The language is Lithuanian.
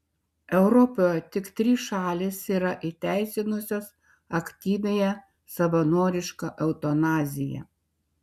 europoje tik trys šalys yra įteisinusios aktyviąją savanorišką eutanaziją